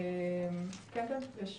כן, יש